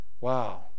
Wow